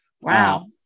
wow